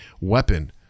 weapon